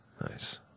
Nice